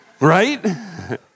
right